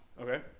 Okay